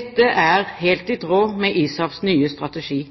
Dette er helt i